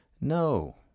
No